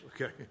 Okay